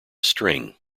string